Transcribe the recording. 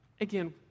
Again